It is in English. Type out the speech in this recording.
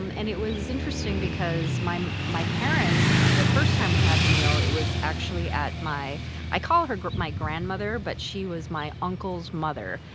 um and it was interesting because my my parents, the first time we had the meal it was actually at i call her my grandmother, but she was my uncle's mother,